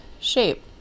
shape